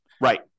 Right